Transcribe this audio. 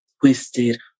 twisted